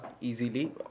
easily